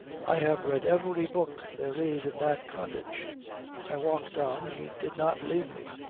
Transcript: i have read every book there is in that cottage i walked on. he did not leave me.